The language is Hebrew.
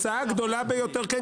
כן,